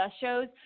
shows